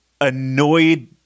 Annoyed